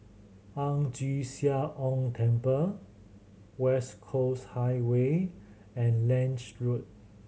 Ang Chee Sia Ong Temple West Coast Highway and Lange Road